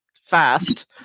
fast